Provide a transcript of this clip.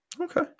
Okay